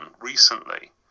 recently